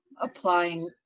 applying